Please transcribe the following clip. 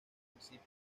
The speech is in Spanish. municipios